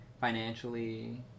financially